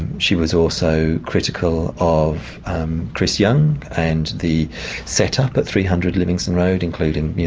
she was also critical of chris young and the set-up at three hundred livingston road, including, you